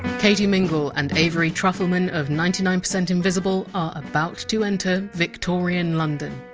katie mingle and avery trufelman of ninety nine percent invisible are about to enter victorian london.